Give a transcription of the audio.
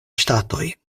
ŝtatoj